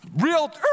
real